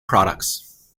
products